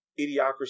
idiocracy